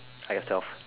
are yourself